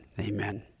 Amen